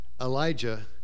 Elijah